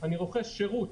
אני רוכש שירות.